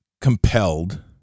compelled